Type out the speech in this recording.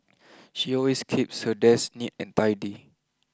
she always keeps her desk neat and tidy